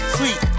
sweet